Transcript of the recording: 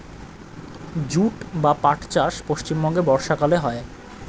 jute বা পাট চাষ পশ্চিমবঙ্গে বর্ষাকালে হয়